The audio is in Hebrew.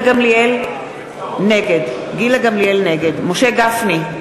נגד משה גפני,